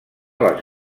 les